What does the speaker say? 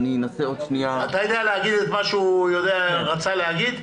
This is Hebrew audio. אני אנסה עוד שנייה -- אתה יודע להגיד את מה שהוא רצה להגיד?